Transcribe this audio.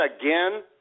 again